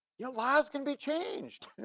your lives can be changed.